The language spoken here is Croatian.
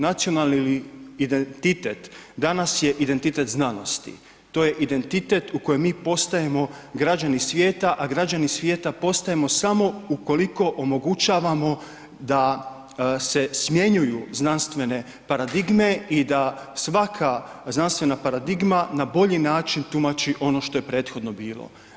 Nacionalni identitet danas je identitet znanosti, to je identitet u kojem mi postajemo građani svijeta, a građani svijeta postajemo samo ukoliko omogućavamo da se smjenjuju znanstvene paradigme i da svaka znanstvena paradigma na bolji način tumači ono što je prethodno bilo.